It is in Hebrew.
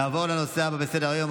נעבור לנושא הבא בסדר-היום,